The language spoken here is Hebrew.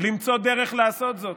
דרך לעשות זאת.